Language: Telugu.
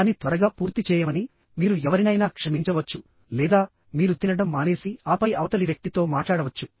దాన్ని త్వరగా పూర్తి చేయమని మీరు ఎవరినైనా క్షమించవచ్చు లేదా మీరు తినడం మానేసి ఆపై అవతలి వ్యక్తితో మాట్లాడవచ్చు